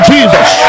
Jesus